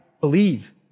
believe